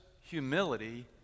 humility